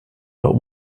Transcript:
but